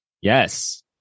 Yes